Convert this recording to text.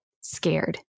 scared